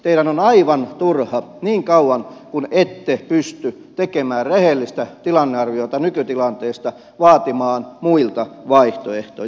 teidän on aivan turha niin kauan kuin ette pysty tekemään rehellistä tilannearviota nykytilanteesta vaatia muilta vaihtoehtoja